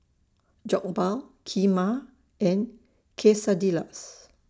Jokbal Kheema and Quesadillas